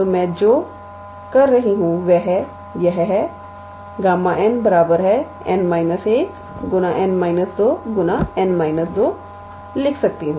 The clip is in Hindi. तो मैं जो कर रही हूं वह Γ𝑛 𝑛 − 1𝑛 − 2Γ𝑛 − 2 लिख सकती हूं